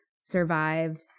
survived